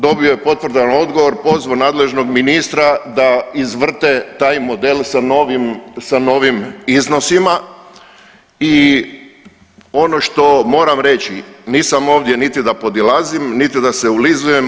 Dobio je potvrdan odgovor, pozvao nadležnog ministra da izvrte taj model sa novim iznosima i ono što moram reći nisam ovdje niti da podilazim, niti da se ulizujem.